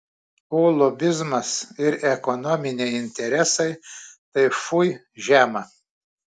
o lobizmas ir ekonominiai interesai tai fui žema